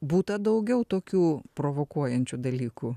būta daugiau tokių provokuojančių dalykų